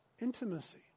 intimacy